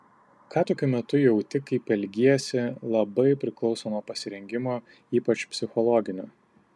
ką tokiu metu jauti kaip elgiesi labai priklauso nuo pasirengimo ypač psichologinio